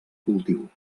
cultiu